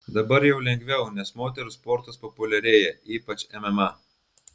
dabar jau lengviau nes moterų sportas populiarėja ypač mma